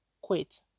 quit